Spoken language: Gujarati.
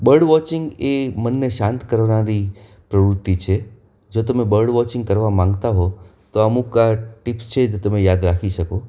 બર્ડ વોચિંગ એ મનને શાંત કરનારી પ્રવૃત્તિ છે જો તમે બર્ડ વોચિંગ કરવા માંગતા હો તો અમુક આ ટિપ્સ છે એતો તમે યાદ રાખી શકો